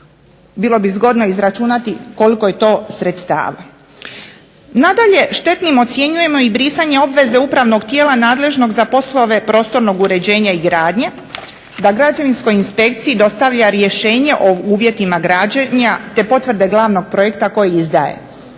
Bilo bi zgodno izračunati koliko je to sredstava. Nadalje, štetnim ocjenjujemo i brisanje obveze upravnog tijela nadležnog za poslove prostornog uređenja i gradnje da Građevinskoj inspekciji dostavlja rješenje o uvjetima građenja te potvrde glavnog projekta koji izdaje